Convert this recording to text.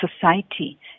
society